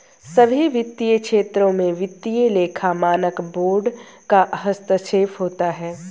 सभी वित्तीय क्षेत्रों में वित्तीय लेखा मानक बोर्ड का हस्तक्षेप होता है